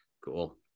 Cool